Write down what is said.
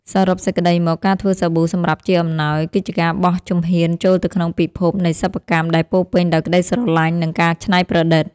សរុបសេចក្ដីមក ការធ្វើសាប៊ូសម្រាប់ជាអំណោយ គឺជាការបោះជំហានចូលទៅក្នុងពិភពនៃសិប្បកម្មដែលពោរពេញដោយក្តីស្រឡាញ់ និងការច្នៃប្រឌិត។